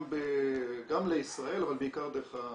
גם לישראל, אבל בעיקר דרך הרש"פ.